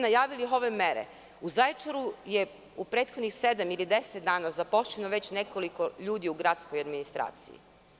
Najavili ste ove mere, a u Zaječaru je u prethodnih sedam ili 10 dana zaposleno već nekoliko ljudi u gradskoj administraciji.